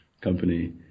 company